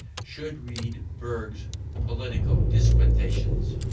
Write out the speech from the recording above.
should read burgh's political disquisitions.